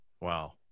Wow